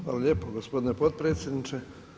Hvala lijepo gospodine potpredsjedniče.